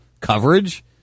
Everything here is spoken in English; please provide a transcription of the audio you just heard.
coverage